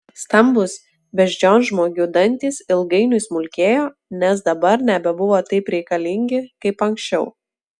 stambūs beždžionžmogių dantys ilgainiui smulkėjo nes dabar nebebuvo taip reikalingi kaip anksčiau